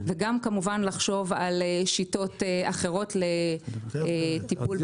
וגם כמובן לחשוב על שיטות אחרות לטיפול בעמלות פירעון מוקדם.